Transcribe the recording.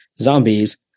zombies